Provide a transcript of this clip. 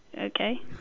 Okay